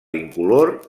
incolor